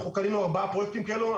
אנחנו קנינו ארבעה פרויקטים כאלו.